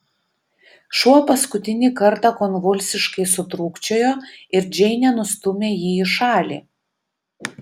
šuo paskutinį kartą konvulsiškai sutrūkčiojo ir džeinė nustūmė jį į šalį